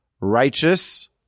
righteous